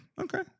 Okay